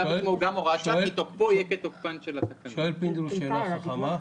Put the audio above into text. שואל פינדרוס שאלה חכמה: